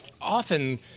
often